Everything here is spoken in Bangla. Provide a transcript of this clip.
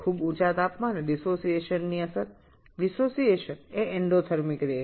খুব উচ্চ তাপমাত্রায় বিয়োজন হয় বিয়োজন একটি এন্ডোথেরমিক বিক্রিয়া